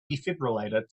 defibrillator